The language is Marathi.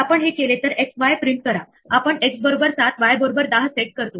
आपण आत्ताच बघितले की पायथोन मध्ये आपण डिक्शनरी चा वापर करू शकतो